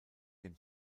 dem